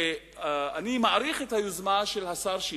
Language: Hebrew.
אני מעריך את היוזמה של השר שטרית,